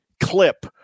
clip